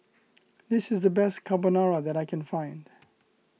this is the best Carbonara that I can find